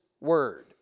Word